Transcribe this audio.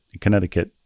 Connecticut